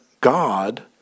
God